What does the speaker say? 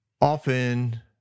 often